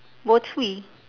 bo